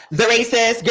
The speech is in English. the racist? girl,